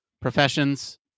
professions